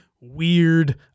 weird